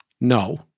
No